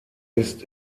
ist